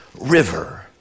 river